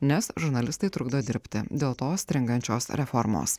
nes žurnalistai trukdo dirbti dėl to stringančios reformos